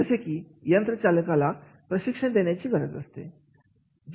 जसे की यंत्र चालकाला प्रशिक्षण देण्याची गरज असते